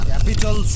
Capital